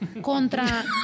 contra